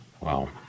Wow